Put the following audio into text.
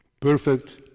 perfect